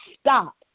stop